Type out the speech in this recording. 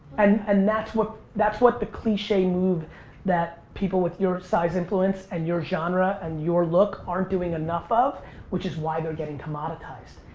and and that's what that's what the cliche move that people with your size influence and your genre and your look aren't doing enough of which is why they're getting commoditized.